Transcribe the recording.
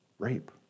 rape